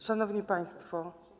Szanowni Państwo!